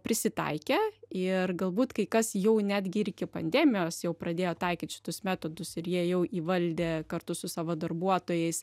prisitaikė ir galbūt kai kas jau netgi ir iki pandemijos jau pradėjo taikyt šitus metodus ir jie jau įvaldė kartu su savo darbuotojais